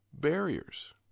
barriers